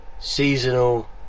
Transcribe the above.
seasonal